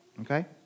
okay